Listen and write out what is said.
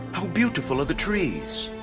how beautiful are the trees?